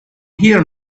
here